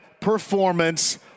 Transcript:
performance